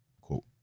Quote